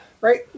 Right